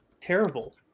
terrible